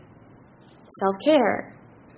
self-care